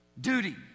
duty